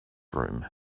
room